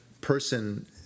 person